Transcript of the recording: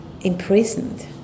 imprisoned